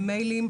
במיילים,